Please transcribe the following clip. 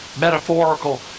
metaphorical